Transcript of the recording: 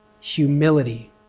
humility